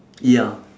ya